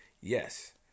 Yes